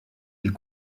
ils